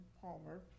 Palmer